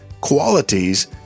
qualities